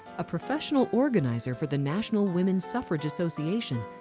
a professional organizer for the national women's suffrage association,